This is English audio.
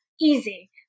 Easy